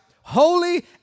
holy